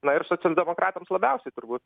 na ir socialdemokratams labiausiai turbūt